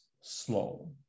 slow